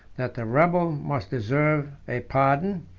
that the rebel must deserve a pardon,